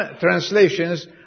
translations